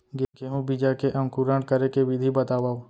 गेहूँ बीजा के अंकुरण करे के विधि बतावव?